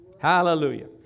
Hallelujah